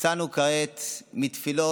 יצאנו כעת מתפילות